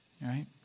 right